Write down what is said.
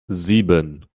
sieben